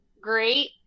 great